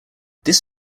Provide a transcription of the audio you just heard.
this